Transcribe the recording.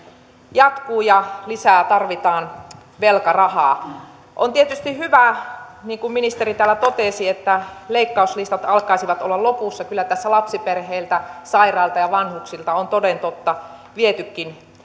jatkuu ja lisää tarvitaan velkarahaa on tietysti hyvä niin kuin ministeri täällä totesi että leikkauslistat alkaisivat olla lopussa kyllä tässä lapsiperheiltä sairailta ja vanhuksilta on toden totta vietykin